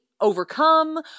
overcome